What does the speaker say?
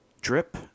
drip